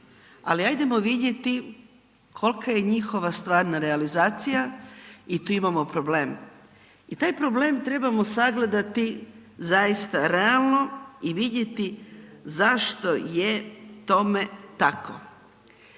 Ali, hajdemo vidjeti kolika je njihova stvarna realizacija i tu imamo problem. I taj problem trebamo sagledati zaista realno i vidjeti zašto je tome tako.